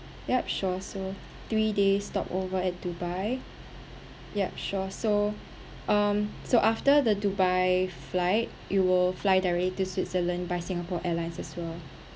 yup sure so three days stopped over at dubai yup sure so um so after the dubai flight you will fly directly to switzerland by singapore airlines as well